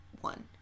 one